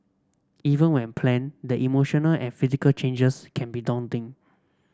even when planned the emotional and physical changes can be daunting